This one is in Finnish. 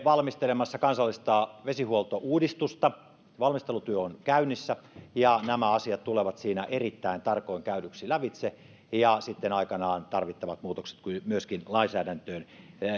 valmistelemassa kansallista vesihuoltouudistusta valmistelutyö on käynnissä ja nämä asiat tulevat siinä erittäin tarkoin käydyksi lävitse ja sitten aikanaan tarvittavat muutokset myöskin lainsäädäntöön